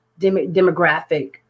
demographic